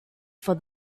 for